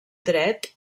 dret